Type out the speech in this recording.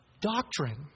doctrine